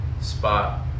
Spot